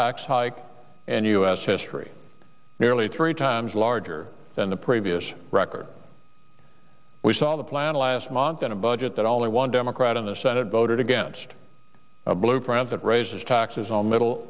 tax hike and u s history nearly three times larger than the previous record we saw the plan last month in a budget that only one democrat in the senate voted against a blueprint that raises taxes on middle